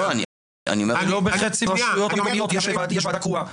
גם לא בחצי מהרשויות המקומיות יש ועדה קרואה.